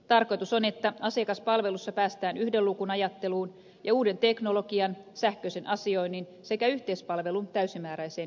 tarkoitus on että asiakaspalvelussa päästään yhden luukun ajatteluun ja uuden teknologian sähköisen asioinnin sekä yhteispalvelun täysimääräiseen hyödyntämiseen